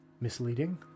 misleading